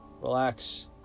relax